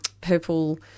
purple